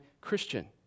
Christian